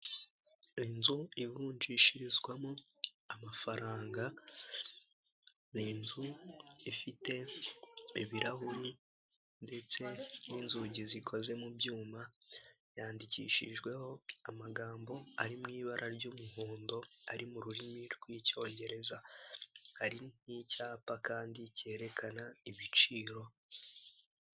Inzu ivunjishirizwamo amafaranga ni inzu ifite ibirahure ndetse n'inzugi zikoze mu byuma, yandikishijweho amagambo ari mu ibara ry'umuhondo ari mu rurimi rw'icyongereza hari nk'icyapa kandi cyerekana ibiciro.